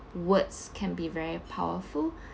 words can be very powerful